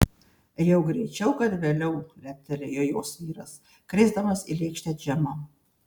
jau greičiau kad vėliau leptelėjo jos vyras krėsdamas į lėkštę džemo